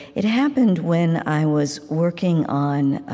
it happened when i was working on